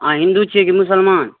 अहाँ हिन्दु छी कि मुसलमान